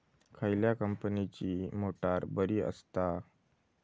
खयल्या कंपनीची मोटार बरी असता?